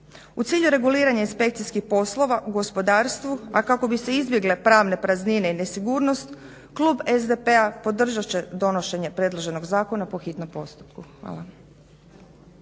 U cilju reguliranja inspekcijskih poslova u gospodarstvu a kako bi se izbjegle pravne praznine i nesigurnost Klub SDP-a podržati će donošenje predloženog zakona po hitnom postupku. Hvala.